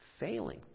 failing